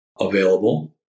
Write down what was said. available